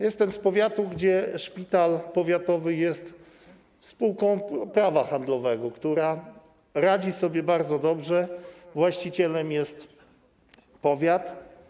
Jestem z powiatu, gdzie szpital powiatowy jest spółką prawa handlowego, która radzi sobie bardzo dobrze, właścicielem jest powiat.